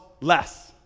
less